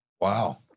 Wow